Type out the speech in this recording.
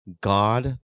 God